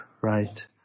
right